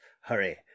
Hurry